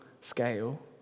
scale